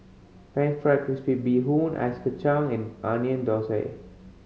Pan Fried Crispy Bee Hoon Ice Kachang and Onion Thosai